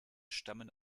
stammen